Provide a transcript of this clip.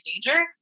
danger